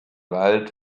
wald